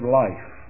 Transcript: life